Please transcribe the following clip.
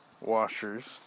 washers